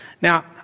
Now